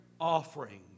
offering